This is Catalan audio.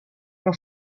que